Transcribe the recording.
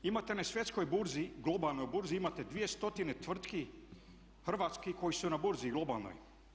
Imate na svjetskoj burzi, globalnoj burzi imate 2 stotine tvrtki Hrvatskih koje su na burzi globalnoj.